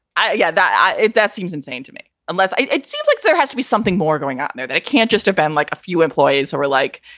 ah yeah. that yeah that seems insane to me, unless it seems like there has to be something more going out there that can't just a ban like a few employees are like,